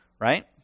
right